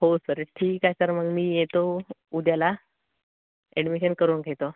हो सर ठीक आहे सर मग मी येतो उद्याला ॲडमिशन करून घेतो